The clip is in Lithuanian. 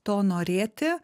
to norėti